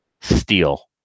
steel